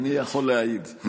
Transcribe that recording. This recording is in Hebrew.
אני יכול להעיד.